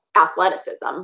athleticism